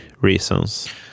reasons